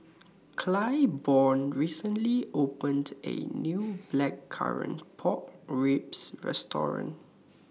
Claiborne recently opened A New Blackcurrant Pork Ribs Restaurant